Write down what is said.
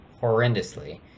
horrendously